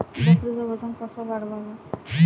बकरीचं वजन कस वाढवाव?